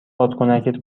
بادکنکت